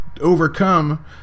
overcome